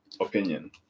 opinion